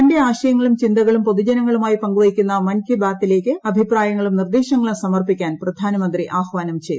തന്റെ ആശയങ്ങളും ചിന്തകളും പൊതുജനങ്ങളുമായി പങ്കുവയ്ക്കുന്ന മൻ കി ബാത്തി ലേക്ക് അഭിപ്രായങ്ങളും നിർദ്ദേശങ്ങളും സമർപ്പിക്കാൻ പ്രധാനമന്ത്രി ആഹാനം ചെയ്തു